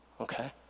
Okay